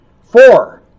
Four